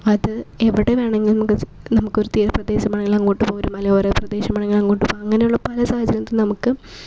അത് എവിടെ വേണമെങ്കിലും നമുക്ക് നമുക്കൊരു തീരപ്രദേശമാണെങ്കിൽ അങ്ങോട്ട് പോരും മലയോര പ്രദേശമാണെങ്കിൽ അങ്ങോട്ട് പോകും അങ്ങനെയുള്ള പല സാഹചര്യത്തിലും നമുക്ക്